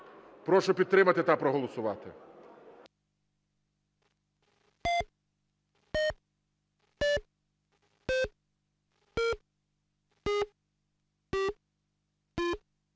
Прошу підтримати та проголосувати.